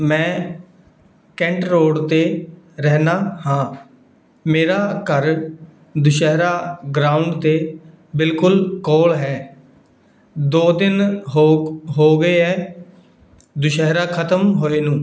ਮੈਂ cantt road ਤੇ ਰਹਿਨਾ ਹਾਂ ਮੇਰਾ ਘਰ ਦੁਸ਼ਹਿਰਾ ਗਰਾਊਂਡ ਤੇ ਬਿਲਕੁਲ ਕੋਲ ਹੈ ਦੋ ਤਿੰਨ ਹੋਕ ਹੋ ਗਏ ਐ ਦੁਸ਼ਹਿਰਾ ਖਤਮ ਹੋਏ ਨੂੰ